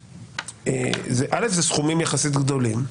אלה סכומים יחסית גדולים,